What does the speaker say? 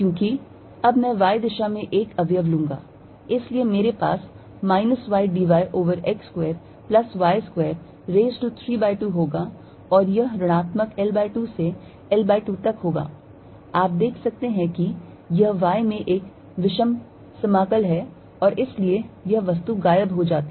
क्योंकि अब मैं y दिशा में एक अवयव लूँगा इसलिए मेरे पास minus y d y over x square plus y square raise to 3 by 2 होगा और यह ऋणात्मक L by 2 से L by 2 तक होगा आप देख सकते हैं कि यह y में एक विषम समाकल है और इसलिए यह वस्तु गायब हो जाती है